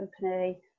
company